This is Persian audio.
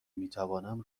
میتوانم